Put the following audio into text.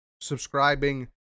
subscribing